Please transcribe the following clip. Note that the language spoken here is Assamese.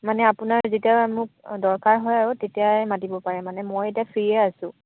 মানে আপোনাৰ যেতিয়া মোক দৰকাৰ হয় আৰু তেতিয়াই মাতিব পাৰে মানে মই এতিয়া ফ্ৰীয়ে আছোঁ